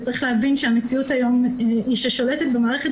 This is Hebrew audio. צריך להבין שהמציאות היום היא ששולטת במערכת